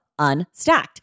Unstacked